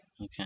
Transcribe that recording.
Okay